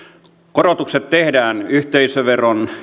korotukset tehdään yhteisöveron